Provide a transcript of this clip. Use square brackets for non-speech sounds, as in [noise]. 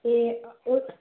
ए [unintelligible]